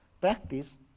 practice